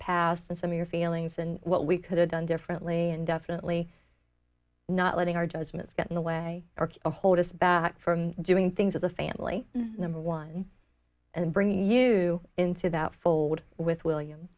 past and some of your feelings and what we could have done differently and definitely not letting our judgments get in a way hold us back from doing things as a family number one and bringing you into that full wood with william